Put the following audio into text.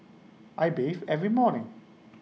I bathe every morning